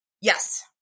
yes